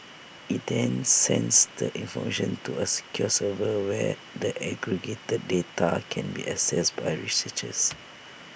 IT then sends the information to A secure server where the aggregated data can be accessed by researchers